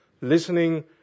listening